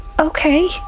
Okay